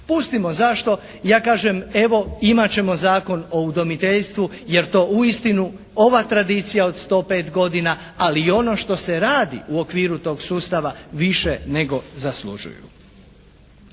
Pustimo zašto, ja kažem evo imat ćemo Zakon o udomiteljstvu jer to uistinu ova tradicija od 105 godina ali i ono što se radi u okviru tog sustava više nego zaslužuju.